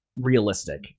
realistic